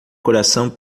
coração